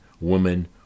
woman